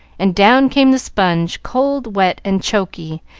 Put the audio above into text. and down came the sponge, cold, wet, and choky,